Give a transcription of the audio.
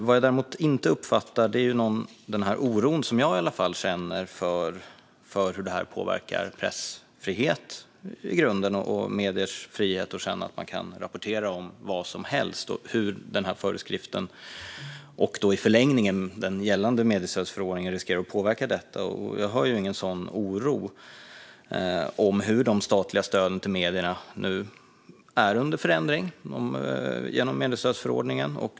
Vad jag inte uppfattar är den oro som i alla fall jag känner inför hur den här föreskriften, och i förlängningen den gällande mediestödsförordningen, riskerar att påverka pressfriheten och mediers frihet att känna att man kan rapportera om vad som helst. Jag hör ingen oro över hur de statliga stöden till medierna nu är under förändring genom mediestödsförordningen.